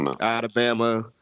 Alabama